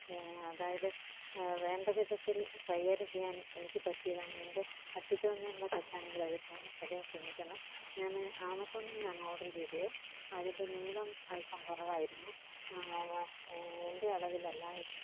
അതായത് വേണ്ടവിധത്തിൽ കൈകാര്യം ചെയ്യാൻ എനിക്ക് പറ്റിയതാണ് എൻ്റെ വശത്തു നിന്നുള്ള തെറ്റാണെങ്കിൽ അത് ക്ഷമിക്കണം സദയം ക്ഷമിക്കണം ഞാൻ ആമസോണിൽ നിന്നാണ് ഓർഡർ ചെയ്തത് അതിൻ്റെ നീളം അല്പം കുറവായിരുന്നു എൻ്റെ അളവിലല്ലായിരുന്നു